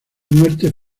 muertes